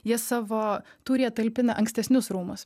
jie savo tūryje talpina ankstesnius rūmus